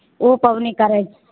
ओ पवनी करै